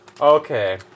okay